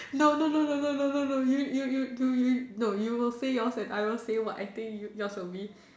no no no no no no no no you you you you you no you will say yours and I will say what I think yours will be